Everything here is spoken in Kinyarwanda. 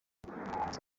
nsanze